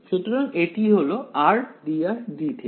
সুতরাং এটি হলো r dr dθ